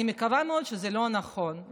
אני מקווה מאוד שזה לא נכון,